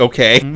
Okay